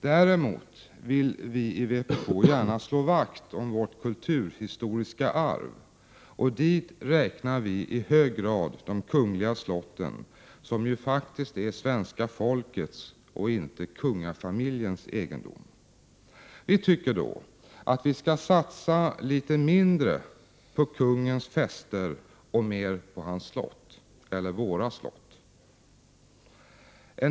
Däremot vill vi i vpk gärna slå vakt om Sveriges kulturhistoriska arv, och dit räknar vi i hög grad de kungliga slotten, som faktiskt är svenska folkets och inte kungafamiljens egendom. Vi tycker då att det skall satsas litet mindre på kungens fester och mer på hans, eller våra, slott.